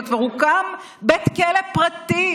וכבר הוקם בית כלא פרטי,